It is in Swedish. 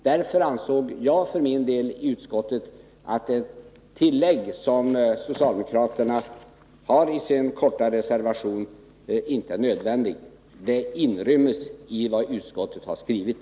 Därför ansåg jag för min del i utskottet att det tillägg som socialdemokraterna har i sin korta reservation inte är nödvändigt. Det inryms i vad utskottet skrivit.